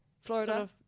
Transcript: Florida